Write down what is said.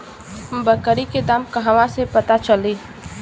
बकरी के दाम कहवा से पता चली?